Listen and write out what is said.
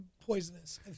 poisonous